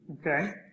Okay